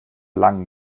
langen